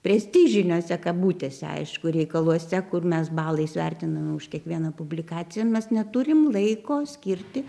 prestižiniuose kabutėse aišku reikaluose kur mes balais vertiname už kiekvieną publikaciją mes neturim laiko skirti